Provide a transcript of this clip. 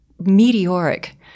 meteoric